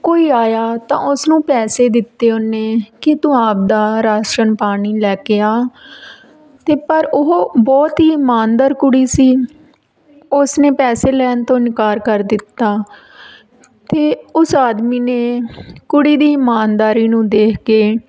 ਕੋਈ ਆਇਆ ਤਾਂ ਉਸਨੂੰ ਪੈਸੇ ਦਿੱਤੇ ਉਹਨੇ ਕਿ ਤੂੰ ਆਪਦਾ ਰਾਸ਼ਨ ਪਾਣੀ ਲੈ ਕੇ ਆ ਅਤੇ ਪਰ ਉਹ ਬਹੁਤ ਹੀ ਇਮਾਨਦਾਰ ਕੁੜੀ ਸੀ ਉਸਨੇ ਪੈਸੇ ਲੈਣ ਤੋਂ ਇਨਕਾਰ ਕਰ ਦਿੱਤਾ ਤਾਂ ਉਸ ਆਦਮੀ ਨੇ ਕੁੜੀ ਦੀ ਇਮਾਨਦਾਰੀ ਨੂੰ ਦੇਖ ਕੇ